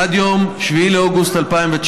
עד יום 7 באוגוסט 2019,